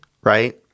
right